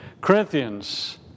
Corinthians